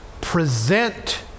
present